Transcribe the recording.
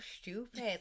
stupid